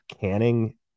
canning